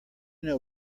know